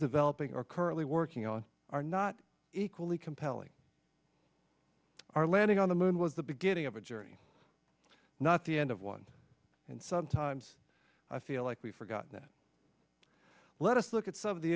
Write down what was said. developing or currently working on are not equally compelling our landing on the moon was the beginning of a journey not the end of one and sometimes i feel like we've forgotten that let us look at some of the